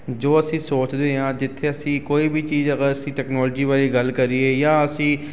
ਜੋ ਅਸੀਂ ਸੋਚਦੇ ਹਾਂ ਜਿੱਥੇ ਅਸੀਂ ਕੋਈ ਵੀ ਚੀਜ਼ ਅਗਰ ਅਸੀਂ ਟੈਕਨੋਲਜੀ ਬਾਰੇ ਗੱਲ ਕਰੀਏ ਜਾਂ ਅਸੀਂ